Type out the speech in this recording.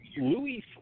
Louis